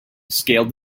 scaled